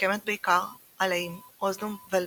ממוקמת בעיקר על האיים אוזדום ווולין,